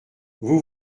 vous